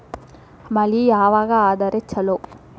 ಮಳಿ ಯಾವಾಗ ಆದರೆ ಛಲೋ?